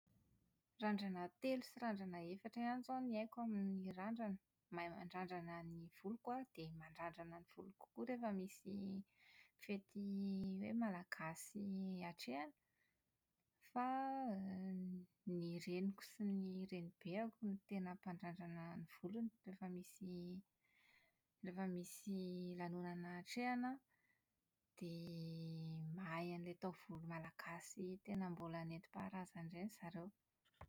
Randrana telo sy randrana efatra ihany izao no haiko amin'ny randrana. Mahay mandrandrana ny voloko aho dia mandrandrana ny voloko koa rehefa misy fety hoe malagasy hatrehana. Fa > ny reniko sy ny renibeko no tena mpandrandrana ny volona rehefa misy rehefa misy lanonana hatrehina dia mahay an'ilay taovolo malagasy tena mbola nentimpaharazana ireny zareo.